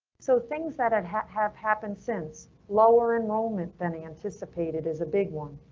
so things that and have have happened since lower enrollment than anticipated is a big one.